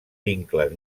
vincles